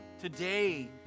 today